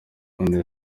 none